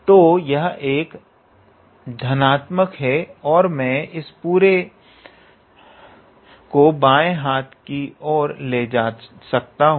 तो यह एक धनात्मक है और मैं इस पूरे को बाएं हाथ की ओर ले जा सकता हूं